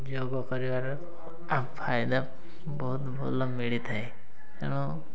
ଯୋଗ କରିବାର ଆଉ ଫାଇଦା ବହୁତ ଭଲ ମିଳିଥାଏ ତେଣୁ